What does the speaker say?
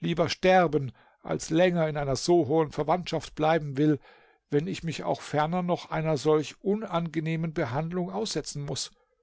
lieber sterben als länger in einer so hohen verwandtschaft bleiben will wenn ich mich auch ferner noch einer solch unangenehmen behandlung aussetzen muß